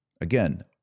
Again